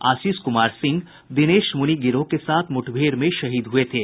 आशीष कुमार सिंह दिनेश मुनि गिरोह के साथ मुठभेड़ में शहीद हुये थे